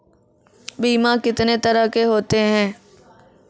बीमा कितने तरह के होते हैं?